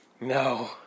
No